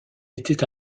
était